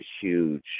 huge